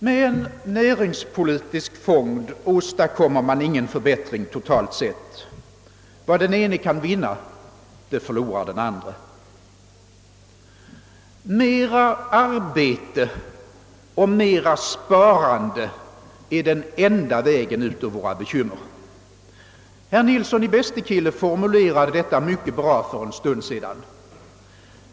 Med en näringspolitisk fond åstadkommer man ingen förbättring totalt sett. Vad den ene kan vinna förlorar den andre. Mera arbete och mera spa rande är den enda vägen ut ur våra bekymmer. Herr Nilsson i Bästekille formulerade detta mycket bra för en stund sedan.